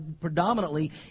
predominantly